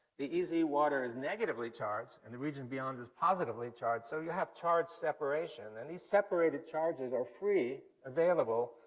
the ez water is negatively charged, and the region beyond is positively charged, so you have charge separation. and these separated charges are free, available,